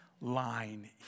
line